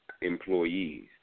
Employees